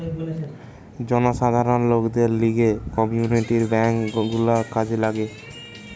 জনসাধারণ লোকদের লিগে কমিউনিটি বেঙ্ক গুলা কাজে লাগে